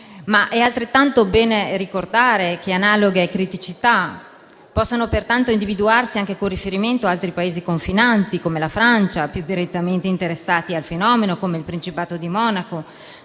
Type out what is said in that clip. È altrettanto bene ricordare che analoghe criticità possono pertanto individuarsi anche con riferimento ad altri Paesi confinanti, come la Francia, più direttamente interessati al fenomeno, o come il Principato di Monaco,